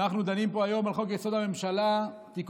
אנחנו דנים פה היום על חוק-יסוד: הממשלה (תיקון